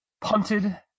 punted